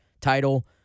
title –